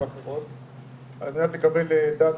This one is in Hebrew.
על מנת לקבל דאטה,